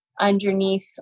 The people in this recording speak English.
underneath